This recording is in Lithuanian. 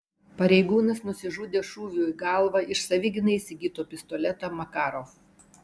pareigūnas nusižudė šūviu į galvą iš savigynai įsigyto pistoleto makarov